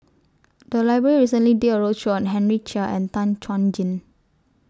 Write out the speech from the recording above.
The Library recently did A roadshow on Henry Chia and Tan Chuan Jin